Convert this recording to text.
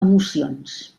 emocions